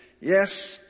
Yes